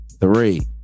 Three